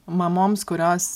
mamoms kurios